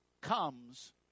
comes